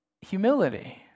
Humility